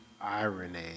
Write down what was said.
irony